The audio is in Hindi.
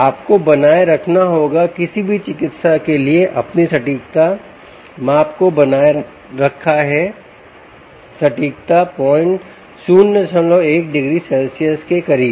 आपको बनाए रखना होगा किसी भी चिकित्सा के लिए आपने सटीकता माप को बनाए रखा है सटीकता 01 डिग्री सेल्सियस के करीब